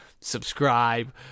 Subscribe